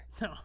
No